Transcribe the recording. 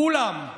לכולם,